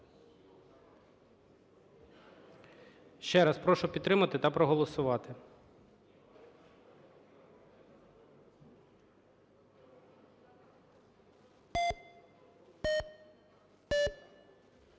Ще раз, прошу підтримати та проголосувати.